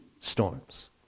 storms